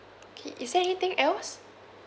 okay is there anything else